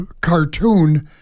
cartoon